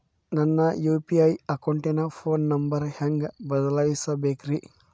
ನನ್ನ ಯು.ಪಿ.ಐ ಅಕೌಂಟಿನ phone number ಹೆಂಗ್ ಬದಲಾಯಿಸ ಬೇಕ್ರಿ?